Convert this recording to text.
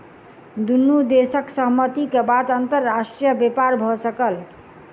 दुनू देशक सहमति के बाद अंतर्राष्ट्रीय व्यापार भ सकल